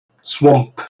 swamp